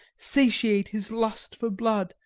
satiate his lust for blood,